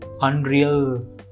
unreal